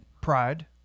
Pride